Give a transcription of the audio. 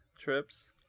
trips